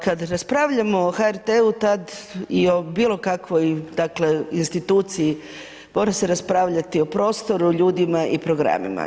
Kada raspravljamo o HRT-u tada i o bilo kakvoj dakle instituciji mora se raspravljati o prostoru, ljudima i programima.